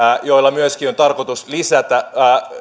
joilla myöskin on tarkoitus lisätä